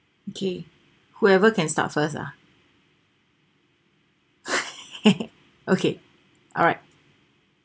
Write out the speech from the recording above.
okay whoever can start first ah okay alright